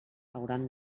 hauran